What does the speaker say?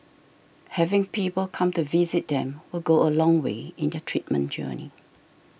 having people come to visit them will go a long way in their treatment journey